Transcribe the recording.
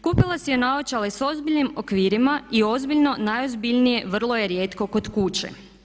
Kupila si je naočale s ozbiljnim okvirima i ozbiljno, najozbiljnije vrlo je rijetko kod kuće.